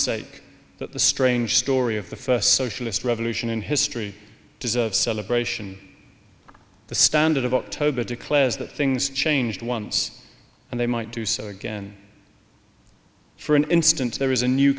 sake but the strange story of the first socialist revolution in history deserve celebration the standard of october declares that things changed once and they might do so again for an instant there is a new